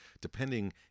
depending